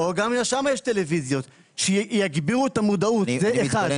גם שם יש טלוויזיות, שיגבירו את המודעות, זה אחד.